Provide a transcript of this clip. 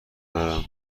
دارم